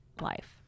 life